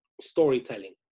storytelling